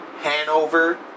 Hanover